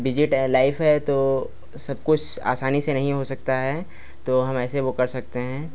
busy ट life है तो सब कुछ आसानी से नहीं हो सकता है तो ऐसे हम वह कर सकते हैं